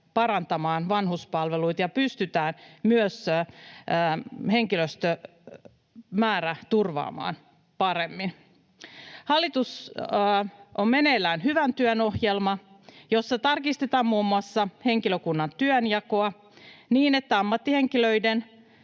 parantamaan vanhuspalveluita ja pystytään myös henkilöstön määrä turvaamaan paremmin: Hallituksella on meneillään hyvän työn ohjelma, jossa tarkistetaan muun muassa henkilökunnan työnjakoa niin, että ammattihenkilöiden